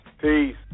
Peace